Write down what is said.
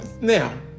now